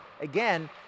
again